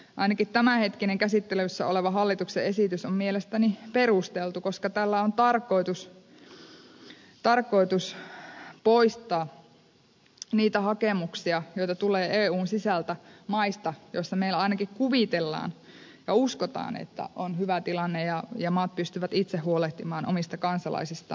ainakin tämän hetkinen käsittelyssä oleva hallituksen esitys on mielestäni perusteltu koska tällä on tarkoitus poistaa niitä hakemuksia joita tulee eun sisältä maista joissa meillä ainakin kuvitellaan ja uskotaan että on hyvä tilanne ja että maat pystyvät itse huolehtimaan omista kansalaisistaan